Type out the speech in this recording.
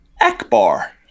Akbar